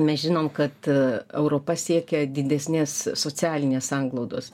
mes žinom kad europa siekia didesnės socialinės sanglaudos